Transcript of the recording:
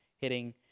hitting